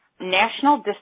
National